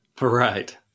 Right